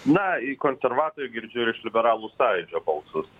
na į konservatorių girdžiu ir liberalų sąjūdžio balsus